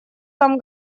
там